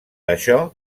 això